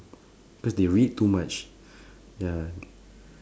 cause they read too much ya